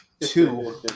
Two